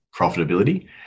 profitability